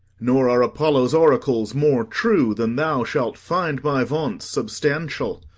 nor are apollo's oracles more true than thou shalt find my vaunts substantial.